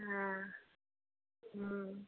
हँ हँ